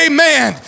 Amen